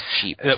cheap